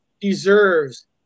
deserves